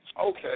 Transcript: Okay